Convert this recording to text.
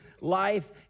life